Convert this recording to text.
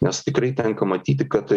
nes tikrai tenka matyti kad